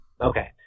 Okay